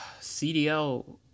CDL